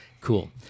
Cool